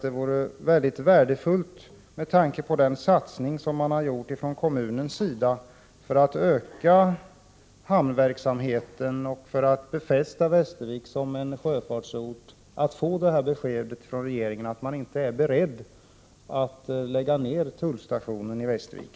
Det vore mycket värdefullt, med tanke på den satsning som kommunen gjort för att öka hamnverksamheten och för att befästa Västervik som sjöfartsort, att få ett besked från regeringen att den inte är beredd att lägga ned tullstationen i Västervik.